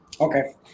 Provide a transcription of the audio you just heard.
Okay